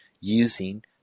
using